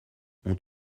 ont